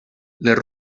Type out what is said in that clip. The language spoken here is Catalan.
les